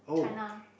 China